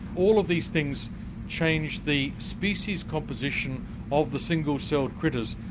all of these things change the species composition of the single-celled critters.